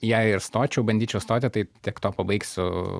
jei ir stočiau bandyčiau stoti tai tiek to pabaigsiu